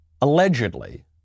allegedly